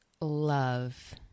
love